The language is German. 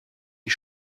die